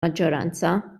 maġġoranza